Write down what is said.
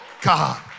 God